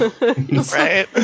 Right